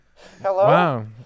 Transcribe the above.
Hello